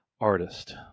artist